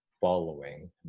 following